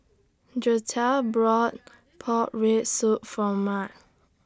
Gertie bought Pork Rib Soup For Maud